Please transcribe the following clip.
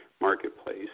marketplace